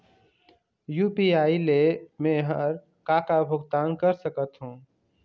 UPI ले मे हर का का भुगतान कर सकत हो?